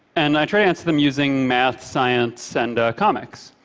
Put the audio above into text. and i try to answer them using math, science and comics.